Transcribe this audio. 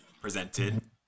presented